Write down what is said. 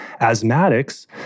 Asthmatics